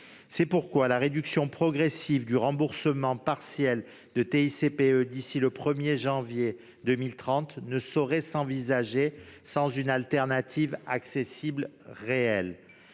C'est pourquoi la réduction progressive du remboursement partiel de la TICPE d'ici au 1 janvier 2030 ne saurait s'envisager sans une alternative accessible réelle.